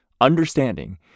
understanding